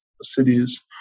cities